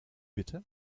bitte